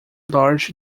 large